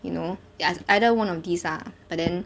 you know ya is either one of these ah but then